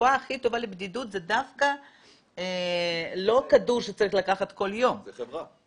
שהתרופה הכי טובה לבדידות זה לא כדור שצריך לקחת כל יום --- זה חברה.